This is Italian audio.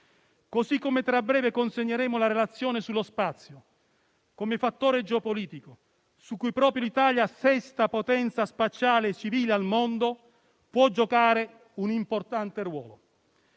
allargato. Tra breve consegneremo la relazione sullo spazio, come fattore geopolitico su cui proprio Italia, sesta potenza spaziale civile al mondo, può giocare un importante ruolo.